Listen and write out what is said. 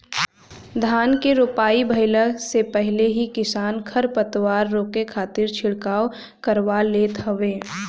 धान के रोपाई भइला से पहिले ही किसान खरपतवार रोके खातिर छिड़काव करवा लेत हवे